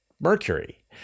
Mercury